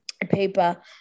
paper